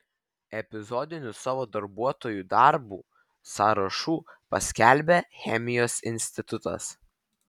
epizodinių savo darbuotojų darbų sąrašų paskelbė chemijos institutas